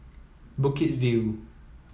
Bukit View